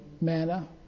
manna